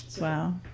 Wow